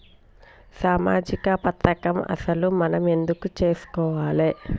సామాజిక పథకం అసలు మనం ఎందుకు చేస్కోవాలే?